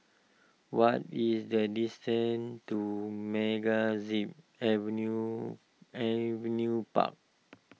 what is the distance to MegaZip Avenue Avenue Park